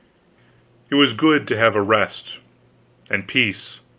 it was good to have a rest and peace.